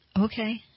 Okay